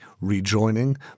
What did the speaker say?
rejoining